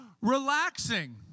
relaxing